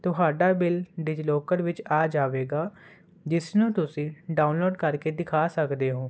ਤੁਹਾਡਾ ਬਿੱਲ ਡਿਜੀਲੋਕਰ ਵਿੱਚ ਆ ਜਾਵੇਗਾ ਜਿਸ ਨੂੰ ਤੁਸੀਂ ਡਾਊਨਲੋਡ ਕਰਕੇ ਦਿਖਾ ਸਕਦੇ ਹੋ